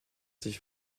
sich